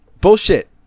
Bullshit